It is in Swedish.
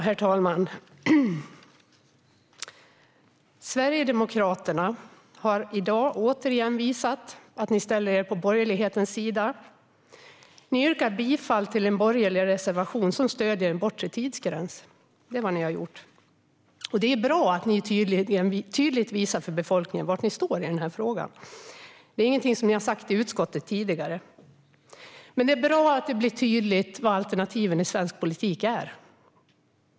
Herr talman! Sverigedemokraterna har i dag återigen visat att de ställer sig på borgerlighetens sida. Ni har yrkat bifall till en borgerlig reservation som stöder en bortre tidsgräns. Det är vad ni har gjort. Det är bra att ni tydligt visar för befolkningen var ni står i denna fråga. Det är ingenting som ni har sagt i utskottet tidigare. Men det är bra att det blir tydligt vilka alternativen i svensk politik är.